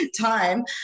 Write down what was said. time